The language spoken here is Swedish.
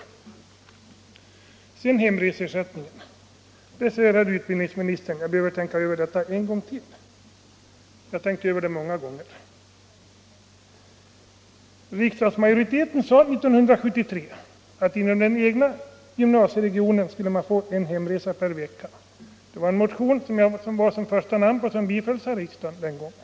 Vad sedan gäller hemreseersättning säger utbildningsministern att jag behöver tänka över den frågan en gång till. Jag har tänkt över den många gånger. Riksdagsmajoriteten sade 1973 att man inom den egna gymnasieregionen skulle få en hemresa per vecka. Det var en reservation som bifölls av riksdagen den gången.